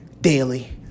daily